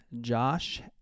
Josh